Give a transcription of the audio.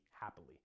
happily